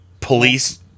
police